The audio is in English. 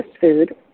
Food